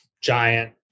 Giant